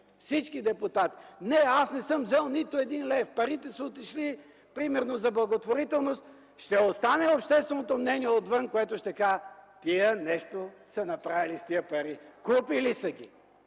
и да декларират: не, аз не съм взел нито един лев, парите са отишли, примерно, за благотворителност. Ще остане общественото мнение отвън, което ще каже: тия нещо са направили с тези пари, купили са ги.